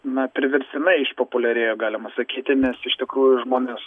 na priverstinai išpopuliarėjo galima sakyti mes iš tikrųjų žmonės